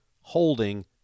holding